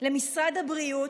למשרד הבריאות,